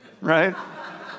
right